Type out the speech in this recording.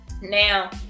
Now